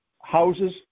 houses